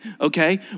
okay